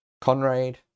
Conrad